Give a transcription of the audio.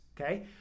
okay